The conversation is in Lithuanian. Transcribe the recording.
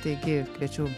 taigi kviečiu